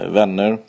vänner